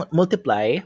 multiply